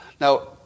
Now